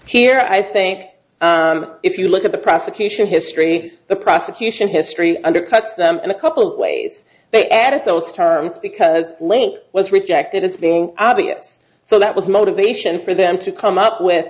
here i think if you look at the prosecution history the prosecution history undercuts in a couple of ways they added those terms because link was rejected as being obvious so that was a motivation for them to come up with